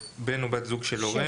הורה, בן או בת זוג של הורה,